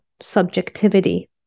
subjectivity